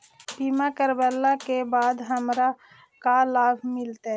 बीमा करवला के बाद हमरा का लाभ मिलतै?